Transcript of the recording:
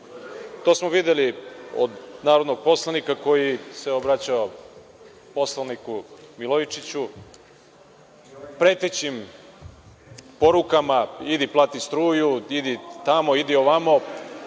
smo videli od narodnog poslanika koji se obraćao poslaniku Milojičiću pretećim porukama – idi plati struju, idi tamo, idi ovamo,